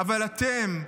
אבל אתם,